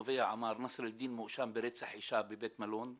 התובע אמר שנאסר א-דין מואשם אישה בבית מלון בגדה,